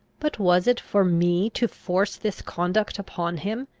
but was it for me to force this conduct upon him,